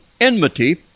enmity